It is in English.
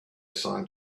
song